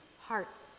hearts